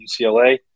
UCLA